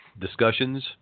discussions